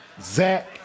Zach